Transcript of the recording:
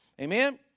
Amen